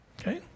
Okay